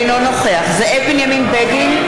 אינו נוכח זאב בנימין בגין,